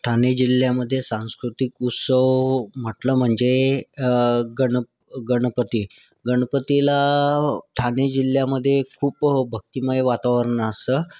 ठाणे जिल्ह्यामध्ये सांस्कृतिक उत्सव म्हटलं म्हणजे गण गणपती गणपतीला ठाणे जिल्ह्यामध्ये खूप भक्तिमय वातावरण असतं